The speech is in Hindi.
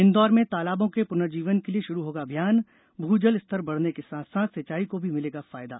इन्दौर में तालाबों के पुर्नजीवन के लिए शुरू होगा अभियान भूजल स्तर बढ़ने के साथ साथ सिंचाई को भी मिलेगा फायदा